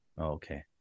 Okay